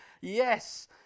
yes